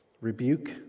Rebuke